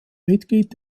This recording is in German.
mitglied